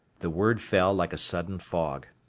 the word fell like a sudden fog.